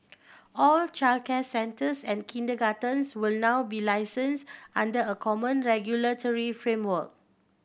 all childcare centres and kindergartens will now be license under a common regulatory framework